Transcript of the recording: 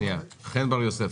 חן בר יוסף,